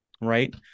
right